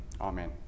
Amen